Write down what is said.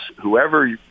whoever